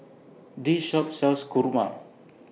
This Shop sells Kurma